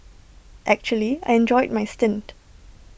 actually I enjoyed my stint